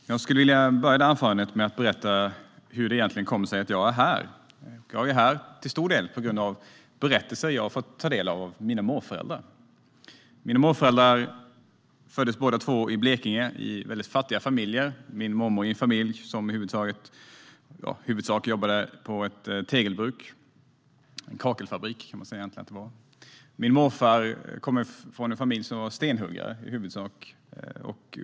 Herr talman! Jag vill inleda mitt anförande med att berätta hur det kommer sig att jag är här. Jag är här till stor del på grund av mina morföräldrars berättelser som jag har fått ta del. De föddes båda två i Blekinge, i fattiga familjer. Min mormor föddes i en familj som i huvudsak jobbade på ett tegelbruk. Det var egentligen en kakelfabrik. Min morfar kom från en familj som var stenhuggare.